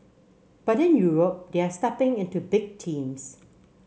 but in Europe they are stepping into big teams